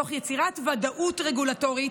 תוך יצירת ודאות רגולטורית,